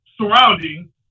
surrounding